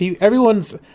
Everyone's